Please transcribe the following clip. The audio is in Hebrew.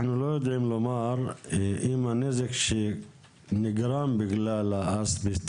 אנחנו לא יודעים לומר האם הנזק שנגרם בגלל האסבסט